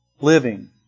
living